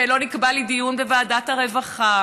ולא נקבע לי דיון בוועדת הרווחה.